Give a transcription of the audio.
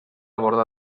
borda